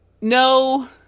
No